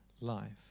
life